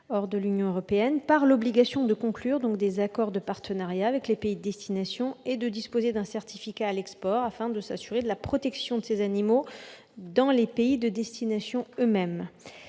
hors de l'Union européenne par l'obligation de conclure des accords de partenariat avec les pays de destination et de disposer d'un certificat à l'export, afin de s'assurer de la protection de ces animaux dans ces pays de destination.